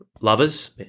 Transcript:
lovers